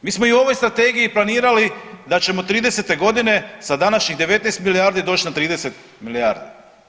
Mi smo i u ovoj strategiji planirali da ćemo 30-te godine sa današnjih 19 milijardi doći na 30 milijardi.